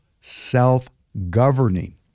self-governing